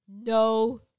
No